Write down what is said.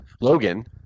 Logan